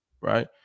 Right